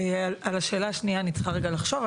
על השאלה השנייה אני צריכה לחשוב.